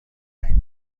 رنگ